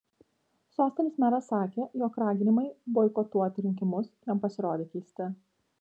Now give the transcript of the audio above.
sostinės meras sakė jog raginimai boikotuoti rinkimus jam pasirodė keisti